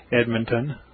Edmonton